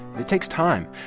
it takes time.